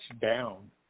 down